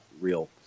real